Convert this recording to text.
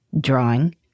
drawing